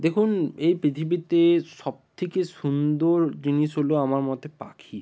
দেখুন এই পৃথিবীতে সব থেকে সুন্দর জিনিস হলো আমার মতে পাখি